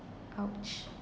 !ouch!